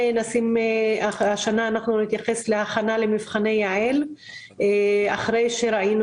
השנה נתייחס להכנה למבחני יע"ל אחר שראינו